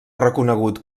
reconegut